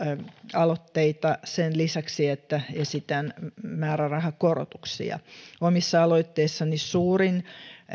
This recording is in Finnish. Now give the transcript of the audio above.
aloitteita sen lisäksi että esitän määrärahakorotuksia omissa aloitteissani suurin